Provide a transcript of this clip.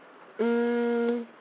mm